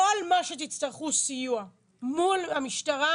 כל מה שתצטרכו סיוע מול המשטרה,